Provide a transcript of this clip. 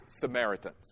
Samaritans